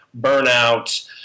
burnout